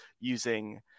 using